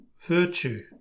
Virtue